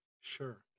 sure